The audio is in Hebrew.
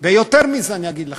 יותר מזה אני אגיד לכם,